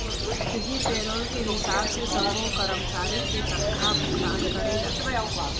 इहीं पेरोल के हिसाब से सब्बो करमचारी के तनखा भुगतान करे जाथे